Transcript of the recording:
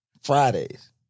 Fridays